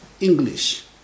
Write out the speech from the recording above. English